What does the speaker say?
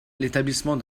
l’établissement